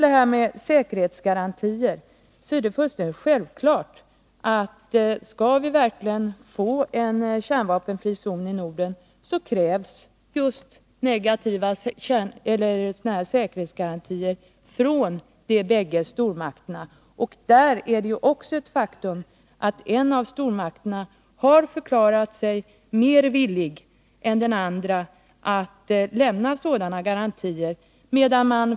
Beträffande säkerhetsgarantier är det fullständigt självklart, att om vi verkligen skall få en kärnvapenfri zon i Norden, krävs det just säkerhetsgarantier från båda stormakternas sida. Men här föreligger det faktum att en av stormakterna har visat sig vara mer villig än den andra att lämna sådana garantier.